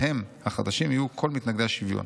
וה'הם' החדשים יהיו כל מתנגדי השוויון.